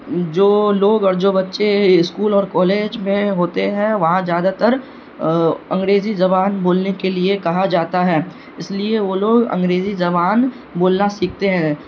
جو لوگ اور جو بچے اسکول اور کالج میں ہوتے ہیں وہاں زیادہ تر انگریزی زبان بولنے کے لیے کہا جاتا ہے اس لیے وہ لوگ انگریزی زبان بولنا سیکھتے ہیں